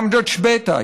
אמג'ד שביטה,